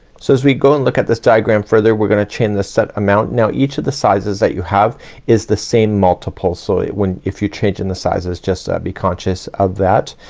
so as we go and look at this diagram further, we're gonna chain the set amount. now each of the sizes that you have is the same multiple. so it, when if you changing the sizes, just be conscious of that.